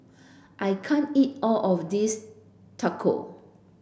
I can't eat all of this Taco